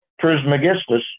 Trismegistus